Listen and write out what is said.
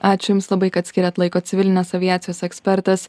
ačiū jums labai kad skiriat laiko civilinės aviacijos ekspertas